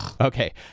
Okay